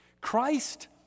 Christ